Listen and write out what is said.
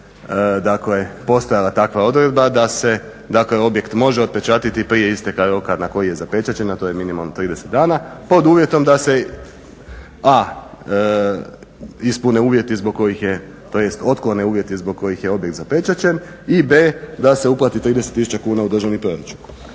je postajala takva odredba da se dakle objekt može otpečatiti prije isteka roka na koji je zapečaćen a to je minimalno 30 dana pod uvjetom da se a) ispune uvjeti, zbog kojih jest, tj. otklone uvjeti zbog kojih je objekt zapečaćen i b) da se uplati 30 tisuća kuna u državni proračun.